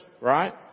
right